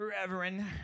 Reverend